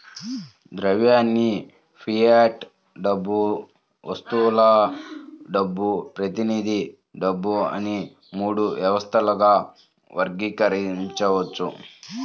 ద్రవ్యాన్ని ఫియట్ డబ్బు, వస్తువుల డబ్బు, ప్రతినిధి డబ్బు అని మూడు వ్యవస్థలుగా వర్గీకరించవచ్చు